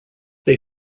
they